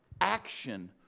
Action